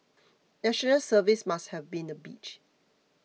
National Service must have been a bitch